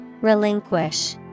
Relinquish